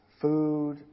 food